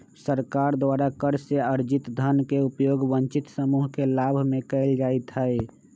सरकार द्वारा कर से अरजित धन के उपयोग वंचित समूह के लाभ में कयल जाईत् हइ